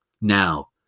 now